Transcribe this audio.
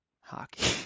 hockey